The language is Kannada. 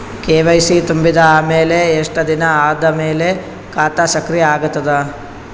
ಕೆ.ವೈ.ಸಿ ತುಂಬಿದ ಅಮೆಲ ಎಷ್ಟ ದಿನ ಆದ ಮೇಲ ಖಾತಾ ಸಕ್ರಿಯ ಅಗತದ?